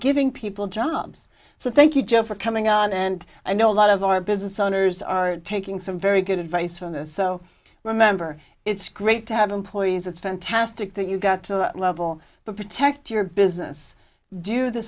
giving people jobs so thank you joe for coming on and i know a lot of our business owners are taking some very good advice from this so remember it's great to have employees it's fantastic that you got to level the protect your business do the